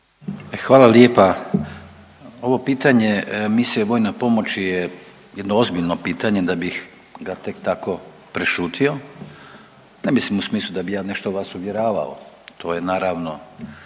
Hvala lijepa. Ovo pitanje misije vojnoj pomoći je jedno ozbiljno pitanje da bih ga tek tako prešutio. Ne mislim u smislu da bih ja nešto vas uvjeravao, to je naravno